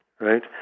right